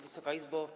Wysoka Izbo!